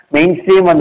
Mainstream